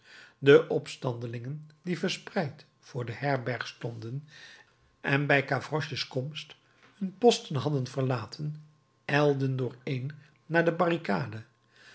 de opstandelingen die verspreid voor de herberg stonden en bij gavroches komst hun posten hadden verlaten ijlden dooreen naar de barricade